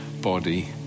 body